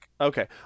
Okay